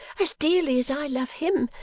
as dearly as i love him.